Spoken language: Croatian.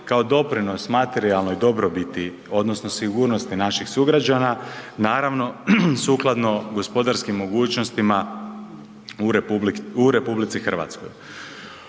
kao doprinos materijalnoj dobrobiti odnosno sigurnosti naših sugrađana naravno sukladno gospodarskim mogućnostima u RH. Obuhvatit